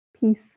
Peace